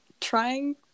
trying